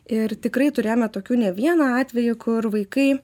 ir tikrai turėjome tokių ne vieną atvejį kur vaikai